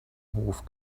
hof